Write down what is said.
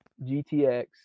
GTX